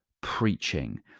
preaching